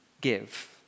give